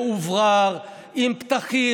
מאוורר, עם פתחים.